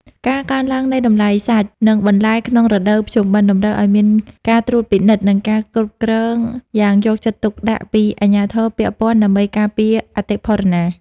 ការកើនឡើងនៃតម្លៃសាច់ និងបន្លែក្នុងរដូវភ្ជុំបិណ្ឌ តម្រូវឱ្យមានការត្រួតពិនិត្យ និងការគ្រប់គ្រងយ៉ាងយកចិត្តទុកដាក់ពីអាជ្ញាធរពាក់ព័ន្ធដើម្បីការពារអតិផរណា។